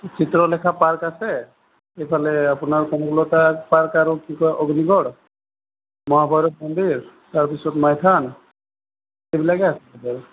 Chitralekha park আছে এইফালে আপোনাৰ কনকলতা পাৰ্ক আৰু কি কয় অগ্নিগড় মহাভৈৰৱ মন্দিৰ তাৰপিছত মাইথান এইবিলাকেই আছে